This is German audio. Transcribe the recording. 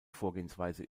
vorgehensweise